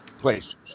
places